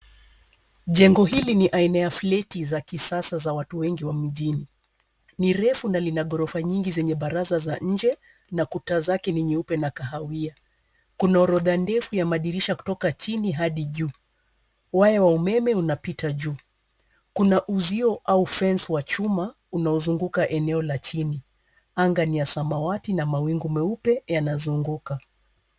Jengo hili ni aina ya fleti za kisasa za watu wengi wa mjini. Ni refu na lina ghorofa nyingi zenye baraza za nje na kuta zake ni nyeupe na kahawia. Kuna orodha ndefu ya madirisha kutoka chini hadi juu. Waya wa umeme unapitia juu. Kuna uzio au fence wa chuma unaozunguka eneo la chini. Anga ni ya samawati na mawingu meupe yanazunguka.